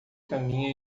caminha